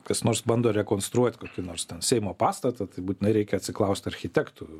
kas nors bando rekonstruot kokį nors seimo pastatą tai būtinai reikia atsiklaust architektų